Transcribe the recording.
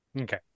okay